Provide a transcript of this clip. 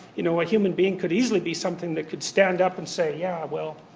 you know a human being could easily be something that could stand up and say, yeah, well,